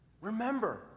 Remember